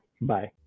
Bye